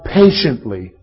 patiently